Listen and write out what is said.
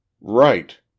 Right